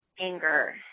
anger